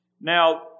Now